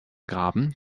graben